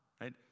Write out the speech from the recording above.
right